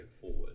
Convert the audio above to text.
forward